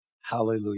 Hallelujah